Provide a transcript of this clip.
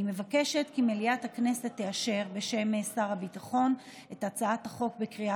אני מבקשת בשם שר הביטחון כי מליאת הכנסת תאשר את הצעת החוק בקריאה